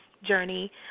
journey